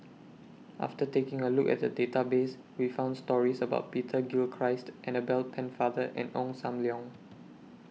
after taking A Look At The Database We found stories about Peter Gilchrist Annabel Pennefather and Ong SAM Leong